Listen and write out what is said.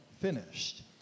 finished